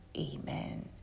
amen